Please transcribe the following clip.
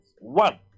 one